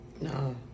No